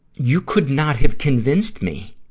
you could not have convinced me,